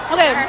Okay